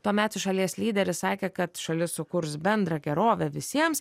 tuometis šalies lyderis sakė kad šalis sukurs bendrą gerovę visiems